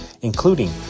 including